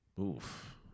Oof